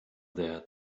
there